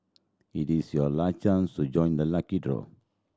it is your last chance to join the lucky draw